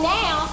now